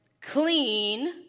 clean